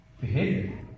behavior